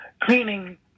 cleaning